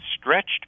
stretched